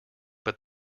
but